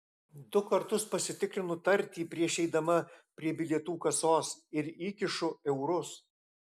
du kartus pasitikrinu tartį prieš eidama prie bilietų kasos ir įkišu eurus